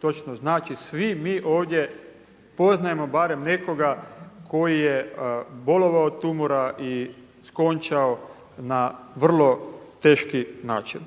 točno znači. Svi mi ovdje poznajemo barem nekoga koji je bolovao od tumora i skončao na vrlo teški način.